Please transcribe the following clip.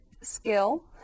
skill